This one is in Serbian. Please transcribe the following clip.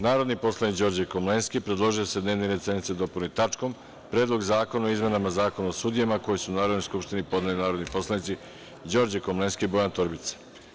Narodni poslanik Đorđe Komlenski, predložio je da se dnevni red sednice dopuni tačkom - Predlog zakona o izmenama Zakona o sudijama, koji su Narodnoj skupštini podneli narodni poslanici Đorđe Komlenski i Bojan Torbica.